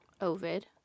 Ovid